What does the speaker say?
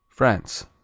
France